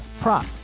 prop